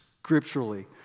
scripturally